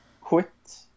quit